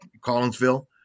Collinsville